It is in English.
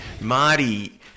Marty